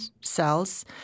cells